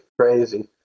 crazy